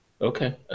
Okay